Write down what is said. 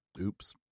Oops